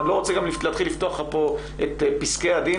אני גם לא רוצה להתחיל לפתוח לך פה את פסקי הדין